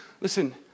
Listen